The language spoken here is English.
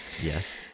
Yes